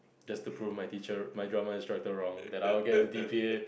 just to prove my teacher my drama instructor wrong that I will get into D_P_A